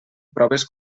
proves